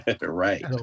Right